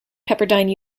pepperdine